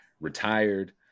retired